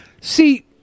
See